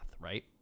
right